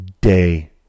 day